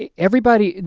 ah everybody,